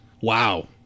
Wow